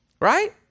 Right